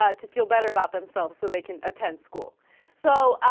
ah to feel better about themselves so they can attend school so